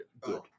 Good